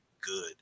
good